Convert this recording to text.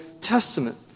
Testament